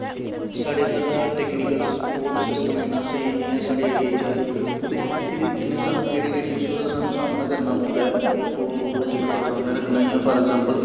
साढ़े इद्धर दा टैकनिकल दा बौह्त सिस्टम इन्ना स्हेई निं ऐ साढ़े एरिये च एह्दे कन्नै सानूं केह्ड़े केह्ड़े इशू दा सामना करना पौंदा ऐ ओह् अज्ज में तोआढ़े सामने रक्खना फॉर अग़्ज़ैंपल